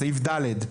בסעיף (ד):